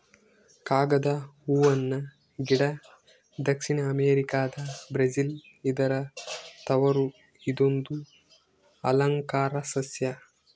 ಕಾಗದ ಹೂವನ ಗಿಡ ದಕ್ಷಿಣ ಅಮೆರಿಕಾದ ಬ್ರೆಜಿಲ್ ಇದರ ತವರು ಇದೊಂದು ಅಲಂಕಾರ ಸಸ್ಯ